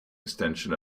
extension